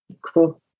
Cool